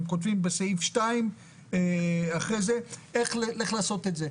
הם כותבים בסעיף 2 איך לעשות את זה.